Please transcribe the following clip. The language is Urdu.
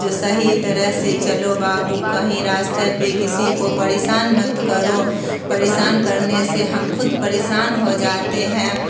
جو صحیح طرح سے چلو بابو کہیں راستے پہ کسی کو پریشان مت کرو پریشان کرنے سے ہم خود پریشان ہو جاتے ہیں